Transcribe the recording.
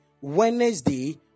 Wednesday